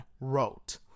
wrote